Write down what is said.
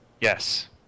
Yes